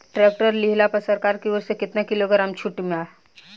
Tractor लिहला पर सरकार की ओर से केतना किलोग्राम छूट बा?